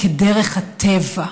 "כדרך הטבע".